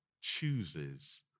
chooses